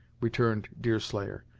returned deerslayer.